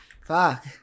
Fuck